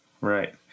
Right